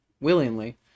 willingly